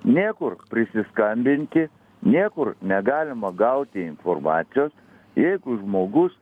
nėr kur prisiskambinti niekur negalima gauti informacijos jeigu žmogus